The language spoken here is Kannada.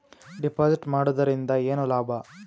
ಡೆಪಾಜಿಟ್ ಮಾಡುದರಿಂದ ಏನು ಲಾಭ?